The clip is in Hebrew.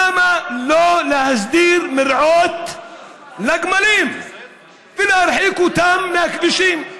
למה לא להסדיר מרעה לגמלים ולהרחיק אותם מהכבישים?